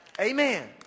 Amen